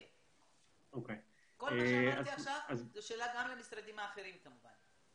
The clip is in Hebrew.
כל מה שאמרתי עכשיו זה שאלות גם למשרדים אחרים כמובן.